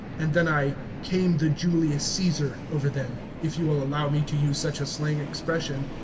and then i came the julius caesar over them, if you will allow me to use such a slang expression,